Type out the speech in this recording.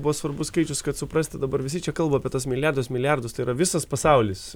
buvo svarbus skaičius kad suprasti dabar visi čia kalba apie tuos milijardus milijardus tai yra visas pasaulis